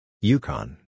Yukon